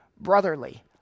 brotherly